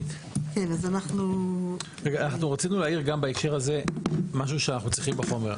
אנחנו רצינו להעיר גם בהקשר הזה משהו שאנחנו צריכים בחומר.